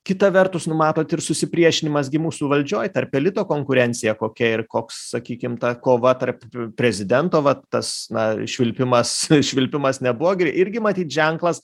kita vertus nu matot ir susipriešinimas gi mūsų valdžioj tarp elito konkurencija kokia ir koks sakykim ta kova tarp prezidento vat tas na švilpimas švilpimas nebuvo gerai irgi matyt ženklas